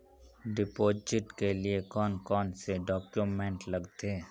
Deposit के लिए कौन कौन से डॉक्यूमेंट लगते?